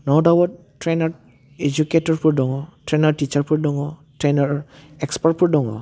न' दाउट ट्रेइनार इजुकेटरफोर दङ ट्रेइनार टिसारफोर दङ ट्रेइनार एक्सफार्टफोर दङ